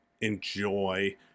enjoy